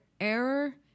Error